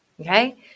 Okay